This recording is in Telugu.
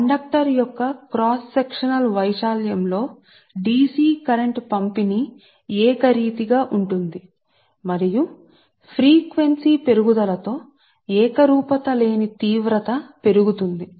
DC కరెంట్ కోసం ప్రస్తుత పంపిణీ కండక్టర్ క్రాస్ సెక్షనల్ ప్రాంతం పై ఏకరీతిగా ఉంటుంది మరియు ఫ్రీక్వెన్సీ పెరుగుదల తో ఏకరూపత లేని డిగ్రీ పెరుగుతుంది